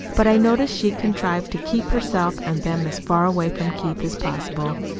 but i noticed she contrived to keep herself and them as far away from keith as possible.